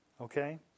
Okay